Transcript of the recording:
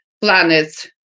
planets